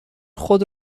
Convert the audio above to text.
خود